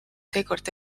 seekord